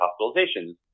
hospitalization